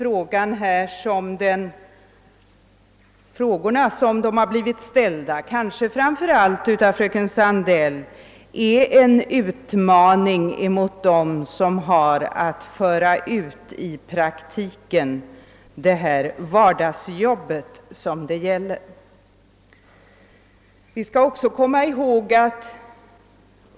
Så som frågorna har ställts, kanske framför allt av fröken Sandell, är de en utmaning mot dem som har att föra ut vardagsjobbet i praktiken.